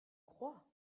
crois